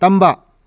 ꯇꯝꯕ